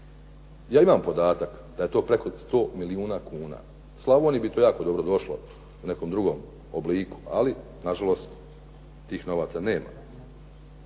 Ja imam podatak da je to preko 100 milijuna kuna. Slavoniji bi to jako dobro došlo u nekom drugom obliku, ali nažalost tih novaca nema.